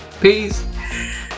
Peace